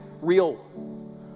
real